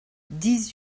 dix